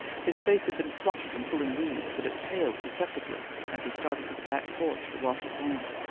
his face had been flushed from pulling weeds, but it paled perceptibly as he started to the back porch to wash his hands.